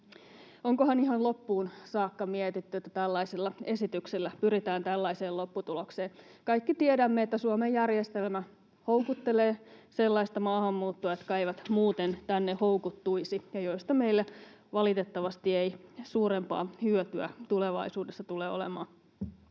Onkohan ihan loppuun saakka mietitty, että tällaisilla esityksillä pyritään tällaiseen lopputulokseen? Kaikki tiedämme, että Suomen järjestelmä houkuttelee sellaista maahanmuuttoa, joka ei muuten tänne houkuttuisi ja josta meille valitettavasti ei suurempaa hyötyä tulevaisuudessa tule olemaan.